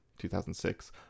2006